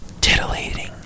Titillating